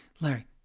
Larry